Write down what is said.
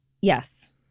yes